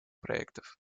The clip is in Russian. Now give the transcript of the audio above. проектов